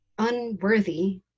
unworthy